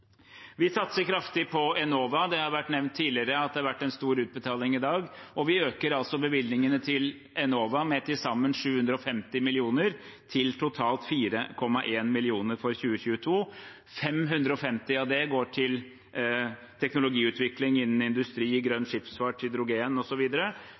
vært nevnt tidligere at det har vært en stor utbetaling i dag, og vi øker altså bevilgningene til Enova med til sammen 750 mill. kr, til totalt 4,1 mrd. kr for 2022. 550 mill. kr av det går til teknologiutvikling innen industri,